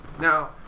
now